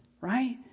right